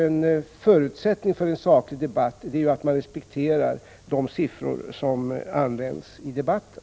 En förutsättning för en saklig debatt är att man respekterar korrekta uppgifter som används i debatten.